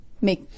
make